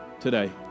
today